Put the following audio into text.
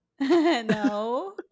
No